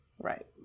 right